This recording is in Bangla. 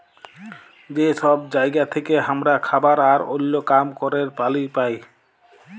যে সব জায়গা থেক্যে হামরা খাবার আর ওল্য কাম ক্যরের পালি পাই